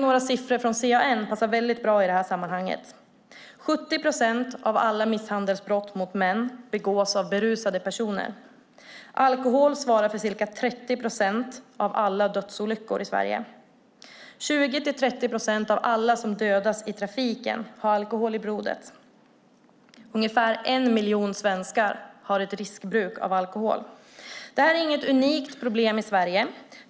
Några siffror från CAN passar bra i detta sammanhang. 70 procent av alla misshandelsbrott mot män begås av berusade personer. Alkohol ligger bakom ca 30 procent av alla dödsolyckor i Sverige. 20-30 procent av alla som dödas i trafiken har alkohol i blodet. Ungefär en miljon svenskar har ett riskbruk av alkohol. Det här är inget unikt problem för Sverige.